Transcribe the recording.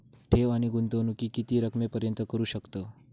ठेव आणि गुंतवणूकी किती रकमेपर्यंत करू शकतव?